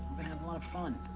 lot of fun.